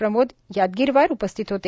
प्रमोद यादगीरवार उपस्थित होते